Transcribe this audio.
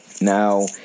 Now